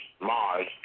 Mars